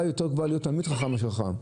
היותר גבוהה היא להיות תלמיד חכם מאשר חכם.